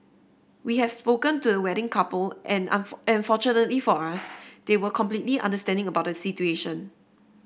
we have spoken to the wedding couple and fortunately for us they were completely understanding about the situation